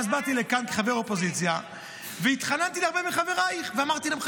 ואז באתי לכאן כחבר אופוזיציה והתחננתי להרבה מחברייך ואמרתי להם,